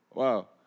wow